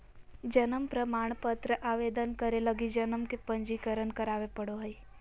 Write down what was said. जन्म प्रमाण पत्र आवेदन करे लगी जन्म के पंजीकरण करावे पड़ो हइ